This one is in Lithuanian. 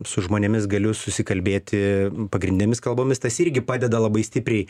su žmonėmis galiu susikalbėti pagrindinėmis kalbomis tas irgi padeda labai stipriai